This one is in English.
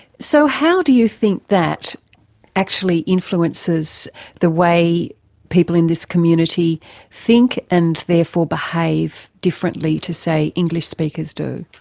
so how do you think that actually influences the way people in this community think and therefore behave differently to, say, english speakers do?